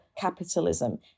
capitalism